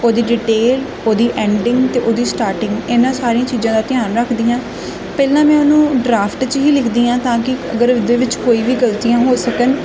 ਉਹਦੀ ਡਿਟੇਲ ਉਹਦੀ ਐਂਡਿੰਗ ਅਤੇ ਉਹਦੀ ਸਟਾਰਟਿੰਗ ਇਹਨਾਂ ਸਾਰੀਆਂ ਚੀਜ਼ਾਂ ਦਾ ਧਿਆਨ ਰੱਖਦੀ ਹਾਂ ਪਹਿਲਾਂ ਮੈਂ ਉਹਨੂੰ ਡਰਾਫਟ 'ਚ ਹੀ ਲਿਖਦੀ ਹਾਂ ਤਾਂ ਕਿ ਅਗਰ ਉਹਦੇ ਵਿੱਚ ਕੋਈ ਵੀ ਗਲਤੀਆਂ ਹੋ ਸਕਣ